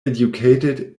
educated